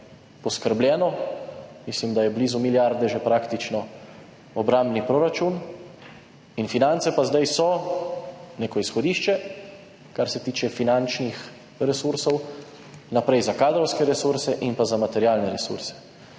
poskrbljeno. Mislim, da je blizu milijarde že praktično obrambni proračun. Finance so pa zdaj neko izhodišče, kar se tiče finančnih resursov, naprej za kadrovske resurse in pa za materialne resurse.